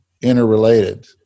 interrelated